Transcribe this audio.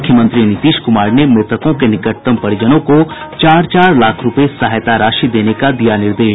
मुख्यमंत्री नीतीश कुमार ने मुतकों के निकटतम परिजनों को चार चार लाख रूपये सहायता राशि देने का दिया निर्देश